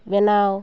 ᱵᱮᱱᱟᱣ